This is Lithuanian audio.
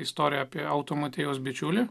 istoriją apie automotijos bičiulį